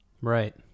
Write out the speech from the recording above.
Right